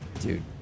Dude